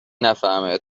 نفهمه